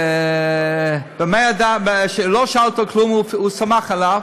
זה, הוא סמך עליו,